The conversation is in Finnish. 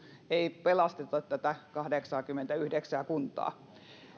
ei pelasteta näitä kahdeksaakymmentäyhdeksää kuntaa